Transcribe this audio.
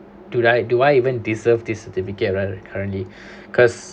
do I do I even deserve this certificate right currently cause